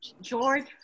George